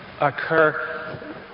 occur